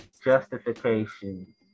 Justification